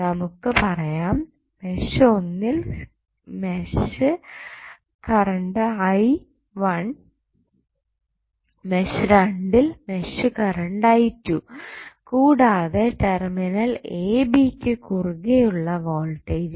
നമുക്ക് പറയാം മെഷ് ഒന്നിൽ മെഷ് കറണ്ട് മെഷ് രണ്ടിൽ മെഷ് കറണ്ട് കൂടാതെ ടെർമിനൽ എ ബി യ്ക്ക് കുറുകെ ഉള്ള വോൾടേജ്